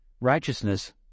righteousness